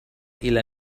الى